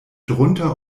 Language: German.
drunter